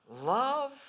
Love